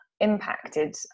impacted